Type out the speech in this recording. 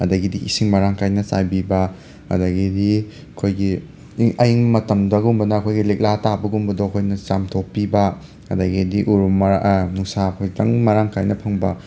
ꯑꯗꯒꯤꯗꯤ ꯏꯁꯤꯡ ꯃꯔꯥꯡ ꯀꯥꯏꯅ ꯆꯥꯏꯕꯤꯕ ꯑꯗꯒꯤꯗꯤ ꯑꯩꯈꯣꯏꯒꯤ ꯑꯏꯪꯕ ꯃꯇꯝꯗꯒꯨꯝꯕꯗꯅ ꯑꯩꯈꯣꯏꯒꯤ ꯂꯤꯛꯂꯥ ꯇꯥꯕꯒꯨꯝꯕꯗꯣ ꯑꯩꯈꯣꯏꯅ ꯆꯥꯝꯊꯣꯛꯄꯤꯕ ꯑꯗꯒꯤꯗꯤ ꯎꯔꯨꯝ ꯃꯔꯥꯡ ꯅꯨꯡꯁꯥ ꯈꯤꯇꯪ ꯃꯔꯥꯡ ꯀꯥꯏꯅ ꯐꯪꯕ